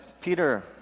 Peter